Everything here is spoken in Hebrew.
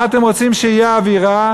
מה אתם רוצים שתהיה האווירה?